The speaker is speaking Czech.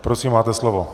Prosím, máte slovo.